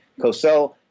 Cosell